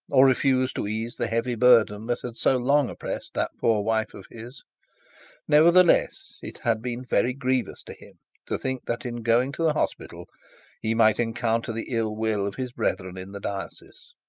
or refuse to ease the heavy burden that had so long oppressed that poor wife of his nevertheless, it had been very grievous to him to think that in going to the hospital he might encounter the ill will of his brethren in the diocese.